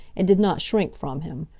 and did not shrink from him.